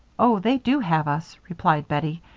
oh, they do have us, replied bettie.